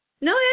No